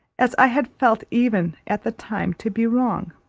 as i had felt even at the time to be wrong.